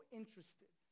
interested